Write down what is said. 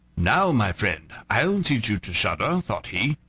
now, my friend, i'll teach you to shudder, thought he.